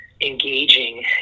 engaging